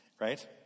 right